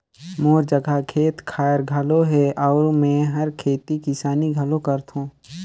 मोर जघा खेत खायर घलो हे अउ मेंहर खेती किसानी घलो करथों